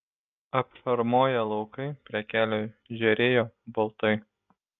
apšarmoję laukai prie kelio žėrėjo baltai